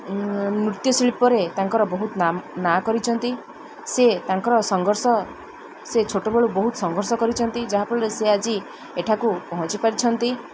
ନୃତ୍ୟଶିଳ୍ପରେ ତାଙ୍କର ବହୁତ ନା ନାଁ କରିଛନ୍ତି ସେ ତାଙ୍କର ସଂଘର୍ଷ ସେ ଛୋଟବେଳୁ ବହୁତ ସଂଘର୍ଷ କରିଛନ୍ତି ଯାହାଫଳରେ ସେ ଆଜି ଏଠାକୁ ପହଞ୍ଚି ପାରିଛନ୍ତି